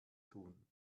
tun